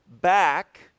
back